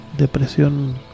depresión